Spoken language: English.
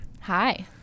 Hi